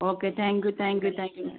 okay thank you thank you thank you madam